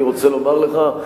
אני רוצה לומר לך,